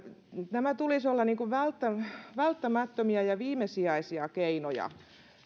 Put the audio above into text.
rajoittamisten tulisi olla välttämättömiä ja viimesijaisia keinoja